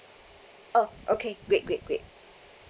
orh okay great great great